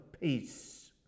peace